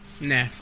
Nah